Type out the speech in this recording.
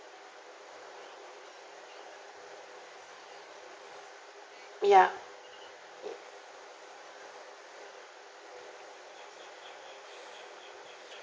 ya